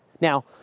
Now